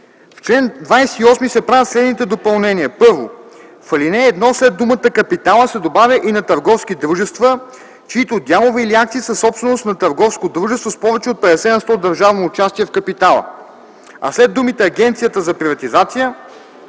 В чл. 28 се правят следните допълнения: 1. В ал. 1 след думата „капитала” се добавя „и на търговски дружества, чиито дялове или акции са собственост на търговско дружество с повече от 50 на сто държавно участие в капитала”, а след думите „Агенцията за приватизация”